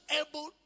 able